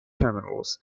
terminals